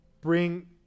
Bring